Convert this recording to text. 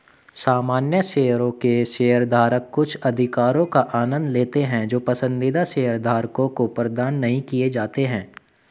सामान्य शेयरों के शेयरधारक कुछ अधिकारों का आनंद लेते हैं जो पसंदीदा शेयरधारकों को प्रदान नहीं किए जाते हैं